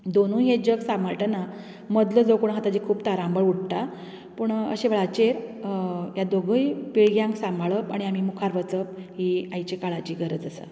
दोनूय हें जग सांबाळताना मदलो जो कोण आहा ताजेर खूब तारांबळ उडटा पूण अश्या वेळाचेर ह्या दोगूय पिळग्यां सांबाळप आनी मुखार वचप ही आयची काळाची गरज आसा